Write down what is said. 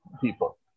people